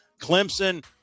Clemson